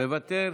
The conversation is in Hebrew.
מוותר,